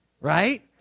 Right